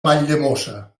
valldemossa